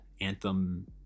anthem